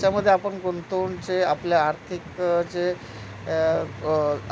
त्याच्यामध्ये आपण गुंतवून जे आपल्या आर्थिक जे